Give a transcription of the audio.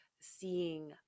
seeing